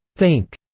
think,